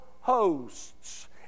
hosts